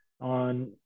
on